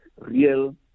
Real